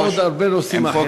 היא נגעה בעוד הרבה נושאים אחרים.